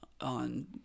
on